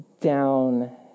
down